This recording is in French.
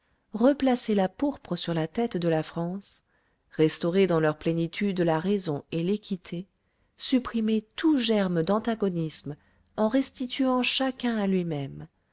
replacer la pourpre sur la tête de la france restaurer dans leur plénitude la raison et l'équité supprimer tout germe d'antagonisme en restituant chacun à lui-même